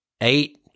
eight